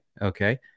Okay